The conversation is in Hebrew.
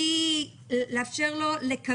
לכל האנשים האלה שאין להם היתר שהייה